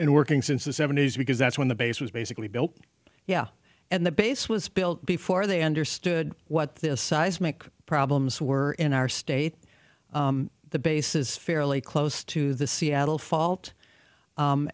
and working since the seventy's because that's when the base was basically built yeah and the base was built before they understood what this seismic problems were in our state the base is fairly close to the seattle fault